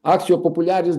akcijų populiaris